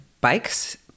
bikes